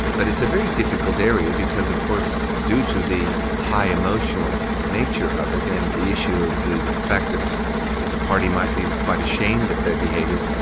but it's a very difficult area because of course, due to the high emotional nature of it, and the issue of the fact that a party might be quite ashamed at their behaviour,